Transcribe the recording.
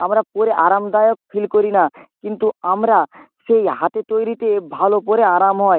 আমরা পরে আরামদায়ক ফিল করি না কিন্তু আমরা সেই হাতে তৈরিতে ভালো পরে আরাম হয়